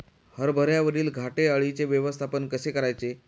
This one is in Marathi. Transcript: हरभऱ्यावरील घाटे अळीचे व्यवस्थापन कसे करायचे?